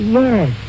yes